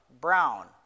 brown